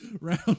Round